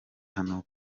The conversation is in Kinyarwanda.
hano